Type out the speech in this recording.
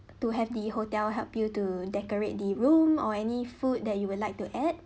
to have the hotel help you to decorate the room or any food that you would like to add